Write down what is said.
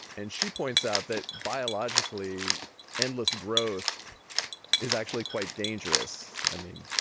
and she points out that biologically endless growth is actually quite dangerous. i mean,